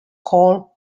called